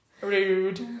Rude